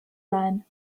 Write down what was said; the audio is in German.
sein